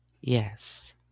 Yes